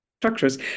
structures